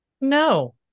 No